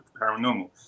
paranormal